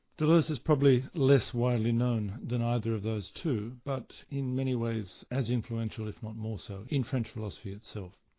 deleuze is probably less widely known than either of those two but in many ways as influential if not more so in french philosophy itself.